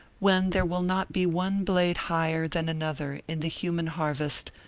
when there will not be one blade higher than another in the human harvest,